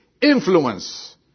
influence